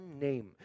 name